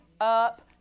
up